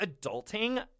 adulting